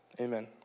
Amen